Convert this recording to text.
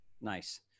Nice